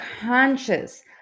conscious